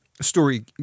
story